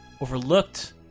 overlooked